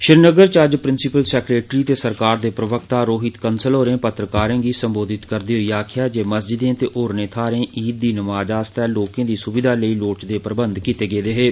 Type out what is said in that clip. श्रीनगर च अज्ज principal secretary ते सरकार दे प्रवक्ता रोहित कंसल होरें पत्रकारें गी संबोधत करदे होई आक्खेआ जे मस्जिदें ते होरने थाहरें ईद दी नमाज आस्तै लोकें दी सुविधा लेई लोड़चदे प्रबंध कीते गेदे हे